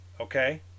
okay